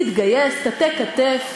תתגייס, תטה שכם,